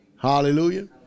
Hallelujah